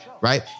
right